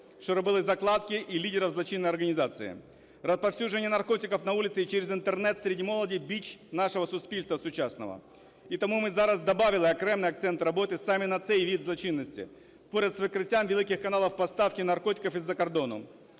що робили закладки, і лідерів злочинної організації. Розповсюдження наркотиків на вулиці і через Інтернет серед молоді – біч нашого суспільства сучасного. І тому ми зараз добавили окремий акцент роботи саме на цей вид злочинності поряд з викриттям великих каналів поставки наркотиків із-за кордону.